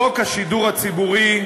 חוק השידור הציבורי,